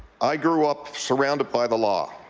i grew up surrounded by the law.